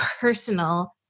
personal